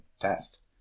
test